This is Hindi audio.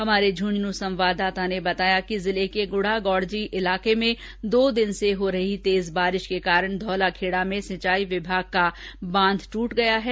हमारे झुंझुनू संवाददाता ने बताया कि जिले के गुढा गौडजी इलाके में दो दिन से हो रही तेज बारिश के कारण धोलाखेड़ा में सिंचारई विभाग द्वारा बनाया गया बांध ट्रट गया है